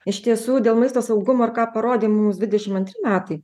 iš tiesų dėl maisto saugumo ką parodė mums dvidešimt antri metai